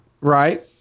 Right